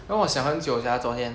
让我想很久 sia 昨天